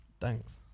Thanks